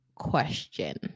question